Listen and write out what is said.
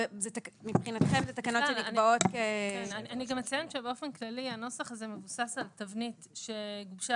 אני גם אציין שבאופן כללי הנוסח הזה מבוסס על תבנית שגובשה